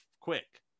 quick